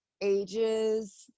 ages